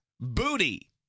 Booty